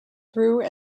through